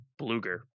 Bluger